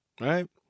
right